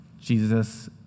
Jesus